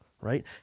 Right